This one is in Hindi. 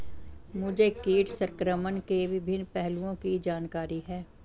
मुझे कीट संक्रमण के विभिन्न पहलुओं की जानकारी है